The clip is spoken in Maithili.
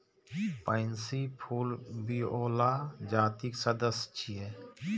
पैंसी फूल विओला जातिक सदस्य छियै